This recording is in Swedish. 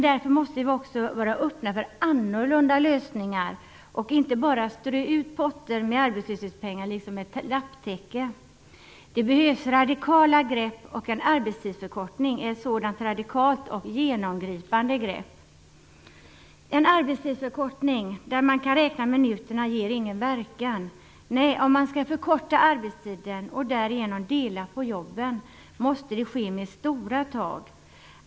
Därför måste vi vara öppna för annorlunda lösningar och inte bara strö ut potter med arbetslöshetspengar så att det blir som ett lapptäcke. Det behövs radikala grepp. En arbetstidsförkortning är ett sådant radikalt och genomgripande grepp. En arbetstidsförkortning där man kan räkna minuterna gör ingen verkan. Nej, om man skall förkorta arbetstiden och därigenom dela på jobben måste det ske med stora tag.